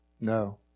No